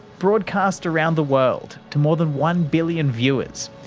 broadcast around the world to more than one billion viewers,